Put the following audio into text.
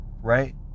Right